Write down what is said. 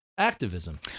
Activism